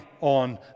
on